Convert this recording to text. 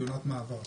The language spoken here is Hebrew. שהיא עונת מעבר.